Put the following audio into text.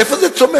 איפה זה צומח?